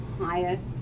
highest